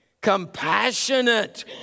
Compassionate